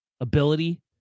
ability